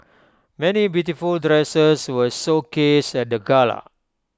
many beautiful dresses were showcased at the gala